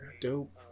dope